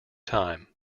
time